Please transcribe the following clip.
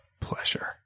pleasure